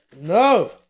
No